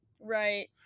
Right